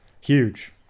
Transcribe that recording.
Huge